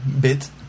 bit